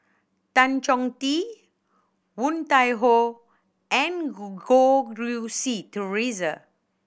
Tan Chong Tee Woon Tai Ho and Goh Rui Si Theresa